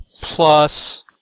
plus